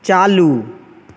चालू